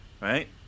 Right